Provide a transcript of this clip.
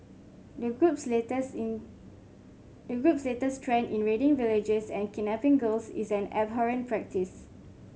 the group's latest in the group latest trend in raiding villages and kidnapping girls is an abhorrent practice